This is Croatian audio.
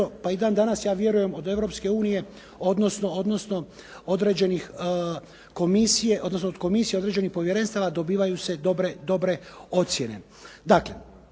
pa i dan danas ja vjerujem od Europske unije, odnosno od komisije određenih povjerenstava dobivaju se dobre ocjene.